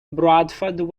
bradford